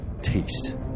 taste